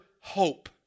hope